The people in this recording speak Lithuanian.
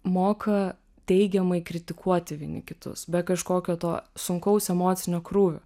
moka teigiamai kritikuoti vieni kitus be kažkokio to sunkaus emocinio krūvio